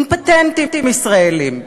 עם פטנטים ישראליים,